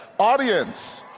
audience,